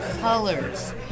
colors